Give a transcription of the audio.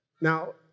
Now